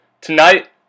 tonight